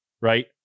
right